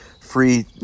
free